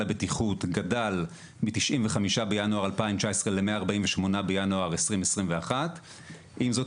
הבטיחות גדל מ-95 בינואר 2019 ל-148 בינואר 2021. עם זאת,